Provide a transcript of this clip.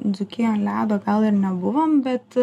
dzūkijoj ant ledo gal ir nebuvom bet